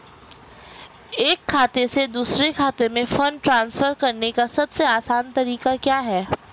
एक खाते से दूसरे खाते में फंड ट्रांसफर करने का सबसे आसान तरीका क्या है?